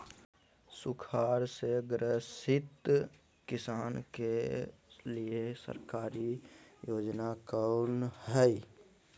सुखाड़ से ग्रसित किसान के लिए सरकारी योजना कौन हय?